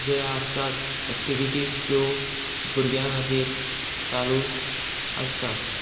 जे आसतात एक्टिविटीज त्यो भुरग्यां खातीर चालू आसतात